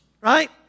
right